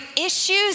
issues